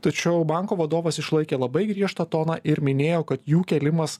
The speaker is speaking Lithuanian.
tačiau banko vadovas išlaikė labai griežtą toną ir minėjo kad jų kėlimas